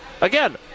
again